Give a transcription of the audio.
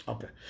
Okay